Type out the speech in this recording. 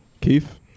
Keith